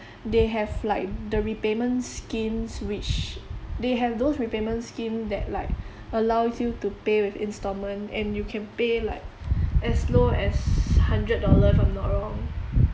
they have like the repayment schemes which they have those repayment scheme that like allows you to pay with instalment and you can pay like as low as hundred dollar if I'm not wrong